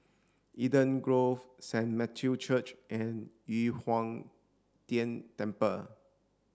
Eden Grove Saint Matthew's Church and Yu Huang Tian Temple